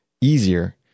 easier